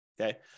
okay